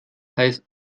heißt